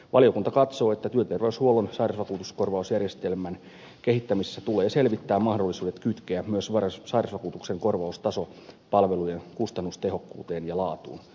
valiokunta katsoo että työterveyshuollon sairausvakuutuskorvausjärjestelmän kehittämisessä tulee selvittää mahdollisuudet kytkeä myös sairausvakuutuksen korvaustaso palvelujen kustannustehokkuuteen ja laatuun